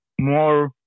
more